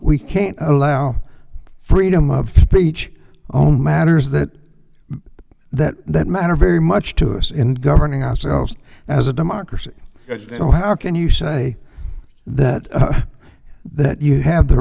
we can't allow freedom of speech own matters that that that matter very much to us in governing ourselves as a democracy so how can you say that that you have the